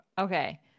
okay